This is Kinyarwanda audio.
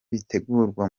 bitegurwa